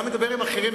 גם לדבר עם אחרים,